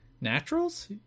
Naturals